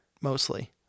mostly